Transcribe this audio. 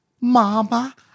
Mama